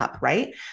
Right